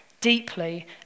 deeply